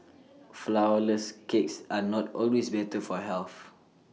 Flourless Cakes are not always better for health